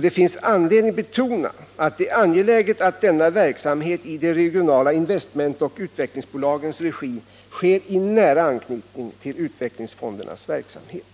Det finns anledning betona att det är angeläget att verksamheten i de regionala investmentoch utvecklingsbolagens regi sker i nära anknytning till utvecklingsfondernas verksamhet.